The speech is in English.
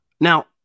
Now